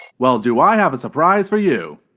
well do i have a surprise for you.